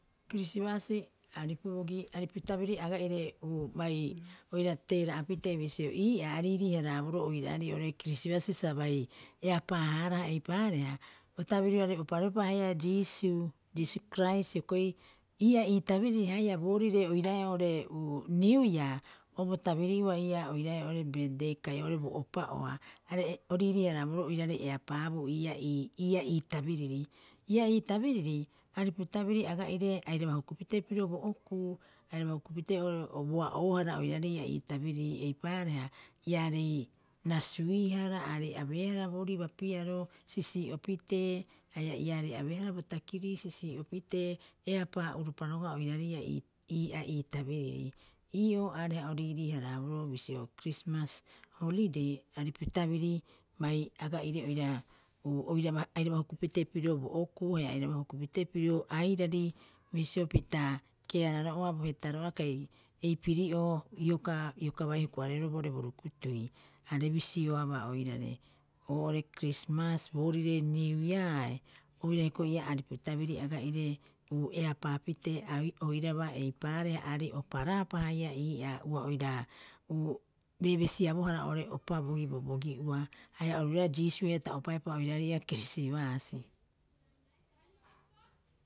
Aripu bogi aripu tabiri aga'ire uu bai oira teera'a pitee bisio ii'aa a riirii- haraboroo oiraarei oo'ore kirisibaasi sa bai eapaa- haaraha eipaareha, o tabirioarei oparoepa haia Jiisuu, Jiisuu krais hioko'i ii'aa ii tabiriri haia boorire oiraae oo'ore niuiaa o bo tabiri'ua oiraae oo'ore beddei kai oo'ore bo opa'oa. Are'e o riirii- haraboroo oiraarei epaabuu ii'aa ii tabiriri. Ii'aa ii tabiriri, aripu tabiri aga'ire airaba hukupitee pirio bo okuu airaba hukupitee o boa'oohara oiraarei ii'aa ii tabiriri eipaareha iarei rasuihara aarei abeehara boorii bapiaro sisi'opitee haia iarei abeehara bo takirii sisi'opitee eapaa uropa roga'a oiraarei ii'aa- ii'aa ii tabiriri. Ii'oo iareha o riirii- haraboroo bisio krismas holidei aripu tabiri bai aga'ire oira oiraba airaba hukupitee pirio bo okuu haia airaba hukupitee pirio airari bisio pita keararo'oa bo hetaro'oa kai eipiri'oo iokaa- iokaa bai hukuhareero boori bo rukutui are bisioabaa oirare, oo'ore krismas boriire niuiae oira hioko'i ii'a aripa tabiri aga'ire eapaapitee ai oiraba eipaareha aarei oparaapa haia ii'aa ua oira beebesiabohara oo'ore opa bogi bobogi'ua haia oru roira Jiisuu haia ta opapaepa oiraarei ii'aa kirisibaasi.